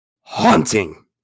haunting